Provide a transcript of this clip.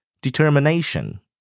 determination